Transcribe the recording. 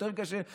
יותר קשה.